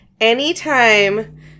anytime